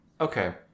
okay